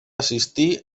assistí